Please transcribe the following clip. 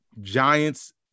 Giants